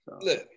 Look